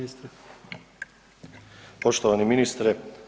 Poštovani ministre.